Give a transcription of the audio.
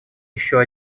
еще